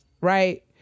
right